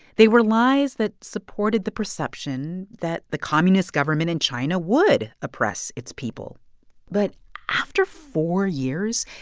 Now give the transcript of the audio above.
they were lies that supported the perception that the communist government in china would oppress its people but after four years,